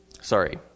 sorry